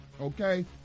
okay